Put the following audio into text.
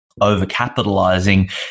overcapitalizing